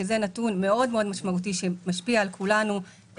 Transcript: שזה נתון מאוד מאוד משמעותי שמשפיע על כולם,